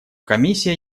комиссия